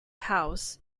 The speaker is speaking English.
house